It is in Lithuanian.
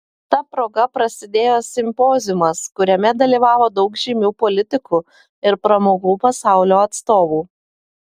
ta proga prasidėjo simpoziumas kuriame dalyvavo daug žymių politikų ir pramogų pasaulio atstovų